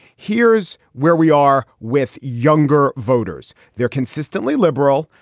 here's where we are with younger voters. they're consistently liberal.